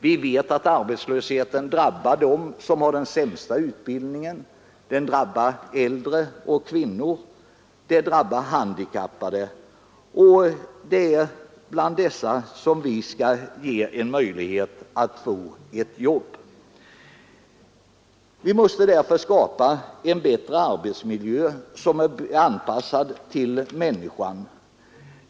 Vi vet att arbetslösheten drabbar dem som har den sämsta utbildningen, den drabbar äldre och kvinnor, den drabbar handikappade, och det är dessa som vi skall ge en möjlighet att få ett jobb. Vi måste därför skapa en arbetsmiljö som är bättre anpassad till människan.